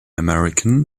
american